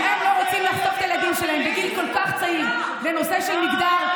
אם הם לא רוצים לחשוף את הילדים שלהם בגיל כל כך צעיר לנושא של מגדר,